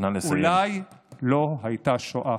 אולי לא הייתה שואה.